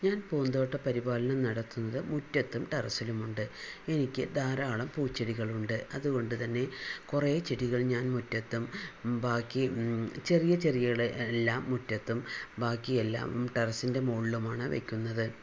ഞാൻ പൂന്തോട്ട പരിപാലനം നടത്തുന്നത് മുറ്റത്തും ടെറസിലുമുണ്ട് എനിക്ക് ധാരാളം പൂച്ചെടികളുണ്ട് അതുകൊണ്ട് തന്നെ കുറെ ചെടികൾ ഞാൻ മുറ്റത്തും ബാക്കി ചെറിയ ചെടികള് എല്ലാം മുറ്റത്തും ബാക്കി എല്ലാം ടെറസ്സിൻ്റെ മോളിലുമാണ് വയ്ക്കുന്നത്